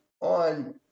on